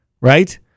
right